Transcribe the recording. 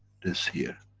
this here.